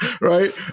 Right